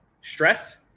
stress